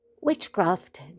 Witchcraft